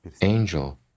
angel